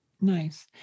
Nice